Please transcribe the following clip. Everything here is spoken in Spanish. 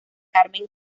carmen